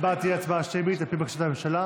ההצבעה תהיה הצבעה שמית, לפי בקשת הממשלה.